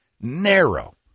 narrow